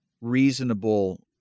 reasonable